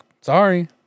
sorry